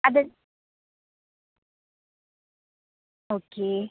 അത് ഓക്കേ